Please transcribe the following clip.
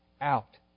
out